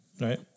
right